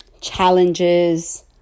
challenges